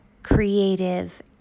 creative